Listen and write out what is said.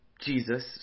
Jesus